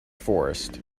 forest